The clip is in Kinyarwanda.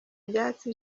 ibyatsi